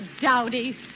dowdy